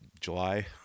July